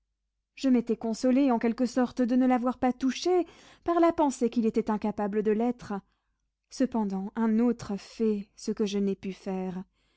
je m'étais consolé en quelque sorte de ne l'avoir pas touché par la pensée qu'il était incapable de l'être cependant un autre fait ce que je n'ai pu faire